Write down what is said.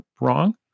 wrong